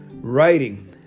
writing